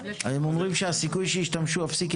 הם אומרים שהסיכוי שישתמשו בהן הוא אפסי,